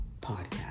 podcast